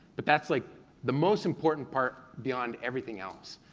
but that's like the most important part beyond everything else,